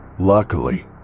Luckily